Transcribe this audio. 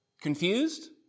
Confused